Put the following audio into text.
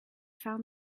found